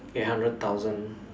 eight hundred thousand